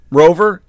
rover